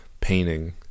painting